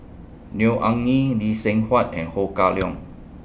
Neo Anngee Lee Seng Huat and Ho Kah Leong